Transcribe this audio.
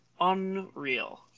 unreal